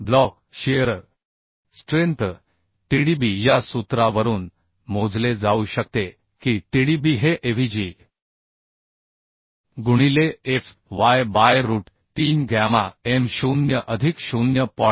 block shear strength Tdb या सूत्रावरून मोजले जाऊ शकते की Tdb हे Avg गुणिले Fy by root 3 gamma m 0 अधिक 0